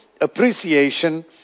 appreciation